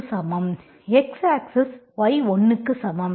x axis y 1 க்கு சமம்